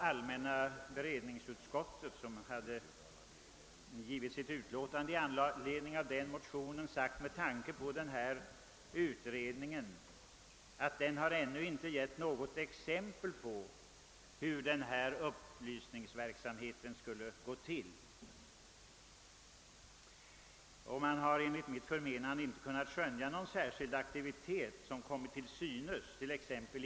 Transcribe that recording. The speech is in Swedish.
Allmänna beredningsutskottet uttalade i sitt utlåtande över motionen att utredningen dittills inte givit något exempel på hur upplysningsverksamheten skall läggas upp. Enligt mitt förmenande har det inte kunnat skönjas någon särskild aktivitet i massmedia exempelvis.